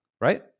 right